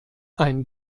ein